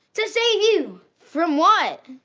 to save you! from what?